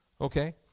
okay